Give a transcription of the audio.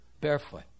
barefoot